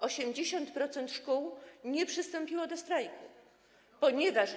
80% szkół nie przystąpiło do strajku, ponieważ.